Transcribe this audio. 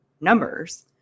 numbers